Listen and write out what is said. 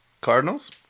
Cardinals